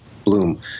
bloom